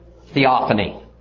theophany